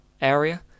area